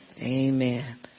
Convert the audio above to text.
Amen